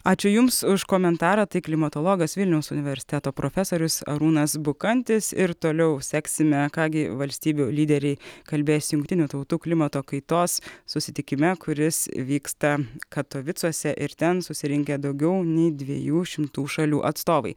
ačiū jums už komentarą tai klimatologas vilniaus universiteto profesorius arūnas bukantis ir toliau seksime ką gi valstybių lyderiai kalbės jungtinių tautų klimato kaitos susitikime kuris vyksta katovicuose ir ten susirinkę daugiau nei dviejų šimtų šalių atstovai